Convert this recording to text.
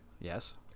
Yes